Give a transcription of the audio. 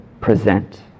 present